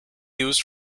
used